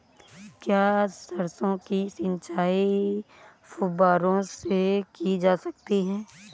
क्या सरसों की सिंचाई फुब्बारों से की जा सकती है?